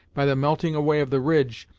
by the melting away of the ridge,